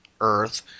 Earth